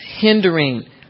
hindering